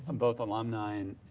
um both alumni and